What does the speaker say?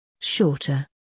Shorter